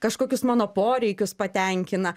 kažkokius mano poreikius patenkina